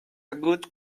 good